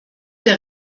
der